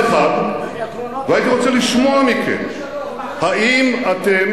אחד-אחד, והייתי רוצה לשמוע מכם אם אתם